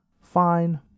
fine